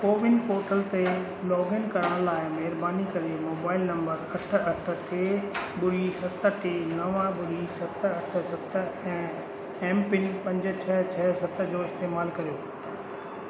CoWIN portal ते login करण लाइ महिरबानी करे मोबाइल नंबर अठ अठ टे ॿुड़ी सत टे नव ॿुड़ी सत अठ सत ऐं एमपिन पंज छह छह सत जो इस्तेमालु करियो